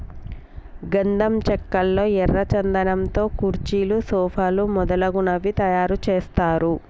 గంధం చెక్కల్లో ఎర్ర చందనం తో కుర్చీలు సోఫాలు మొదలగునవి తయారు చేస్తారు